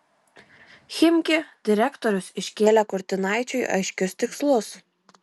chimki direktorius iškėlė kurtinaičiui aiškius tikslus